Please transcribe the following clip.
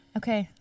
okay